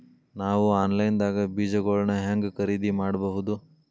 ನಾವು ಆನ್ಲೈನ್ ದಾಗ ಬೇಜಗೊಳ್ನ ಹ್ಯಾಂಗ್ ಖರೇದಿ ಮಾಡಬಹುದು?